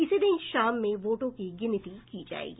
इसी दिन शाम में वोटों की गिनती की जायेगी